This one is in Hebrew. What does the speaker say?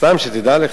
סתם, שתדע לך.